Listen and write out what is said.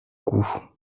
coup